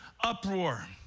uproar